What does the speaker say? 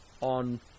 on